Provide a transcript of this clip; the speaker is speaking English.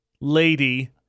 lady